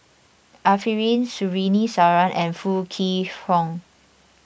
Arifin Surtini Sarwan and Foo Kwee Horng